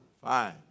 Fine